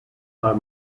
are